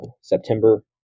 September